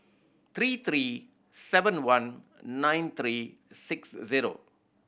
three three seven one nine three six zero